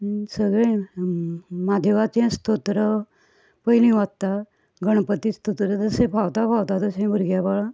सगळीं म्हादेवाचें स्तोत्र पयलीं वाचता गणपती स्तोत्र जशें फावता फावता तशें भुरग्यां बाळ